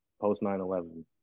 post-9-11